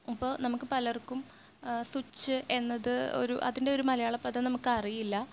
ഇപ്പോൾ നമുക്ക് പലര്ക്കും സ്വിച്ച് എന്നത് ഒരു അതിന്റെ ഒരു മലയാള പദം നമുക്കറിയില്ല